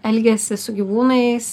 elgiasi su gyvūnais